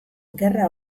gerra